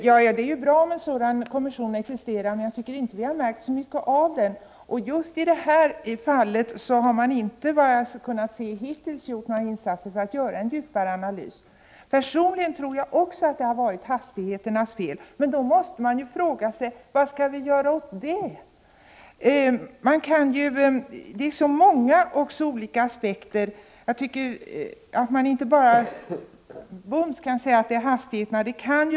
Fru talman! Det är bra att en haverikommission existerar. Men jag tycker att vi inte har märkt så mycket av den. I just det här fallet har man såvitt jag har kunnat se hittills inte gjort några insatser för att utföra en djupare analys. Personligen tror också jag att det har varit hastigheternas fel. Men då måste man ju fråga sig vad vi skall göra åt detta. Det handlar om så många och olika aspekter att man inte bums kan säga att det bara är hastigheterna det beror på.